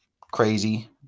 crazy